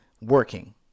working